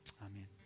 Amen